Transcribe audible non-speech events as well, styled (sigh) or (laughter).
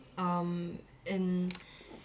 um and (breath)